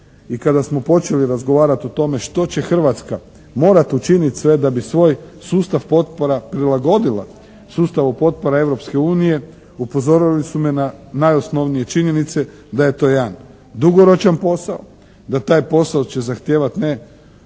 i kada smo počeli razgovarati o tome što će Hrvatska morati učiniti sve da bi svoj sustav potpora prilagodila sustavu potpora Europske unije upozorili su me na najosnovnije činjenice da je to jedan dugoročan posao. Da taj posao će zahtijevati ne